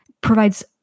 provides